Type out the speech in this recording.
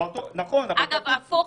אגב, הפוך